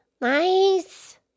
Nice